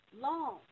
long